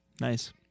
Nice